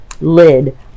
lid